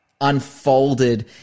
unfolded